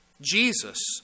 Jesus